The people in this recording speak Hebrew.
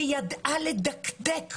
שידעה לדקדק